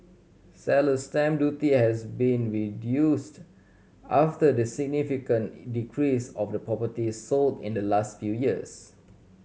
seller's stamp duty has been reduced after the significant decrease of the properties sold in the last few years